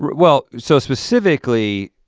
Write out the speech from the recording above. well, so specifically,